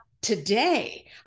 today